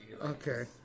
Okay